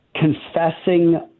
confessing